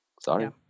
sorry